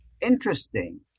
interesting